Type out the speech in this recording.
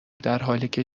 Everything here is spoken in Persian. درحالیکه